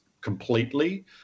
completely